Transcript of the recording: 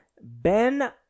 Ben